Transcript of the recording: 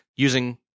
using